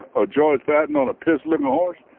ah george patton on a piss-looking horse.